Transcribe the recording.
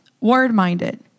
word-minded